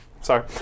sorry